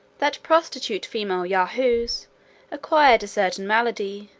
that prostitute female yahoos acquired a certain malady,